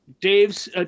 Dave's